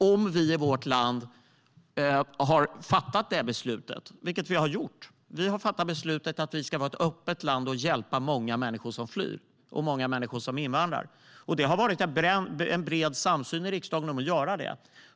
Vi har i vårt land fattat beslutet att vi ska vara ett öppet land och hjälpa många människor som flyr och många människor som invandrar. Det har varit en bred samsyn i riksdagen om att göra det.